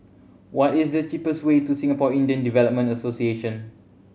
what is the cheapest way to Singapore Indian Development Association